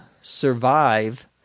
survive